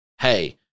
Hey